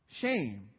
shame